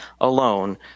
alone